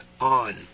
on